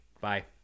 bye